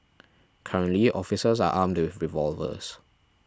currently officers are armed with revolvers